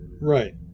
Right